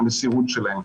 המסירות שלהם.